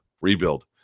Rebuild